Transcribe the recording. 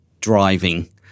driving